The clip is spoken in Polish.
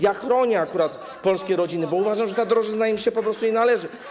Ja chronię polskie rodziny, bo uważam, że ta drożyzna im się po prostu nie należy.